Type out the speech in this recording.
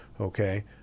okay